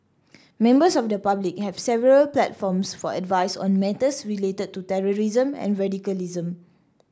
members of the public have several platforms for advice on matters related to terrorism and radicalism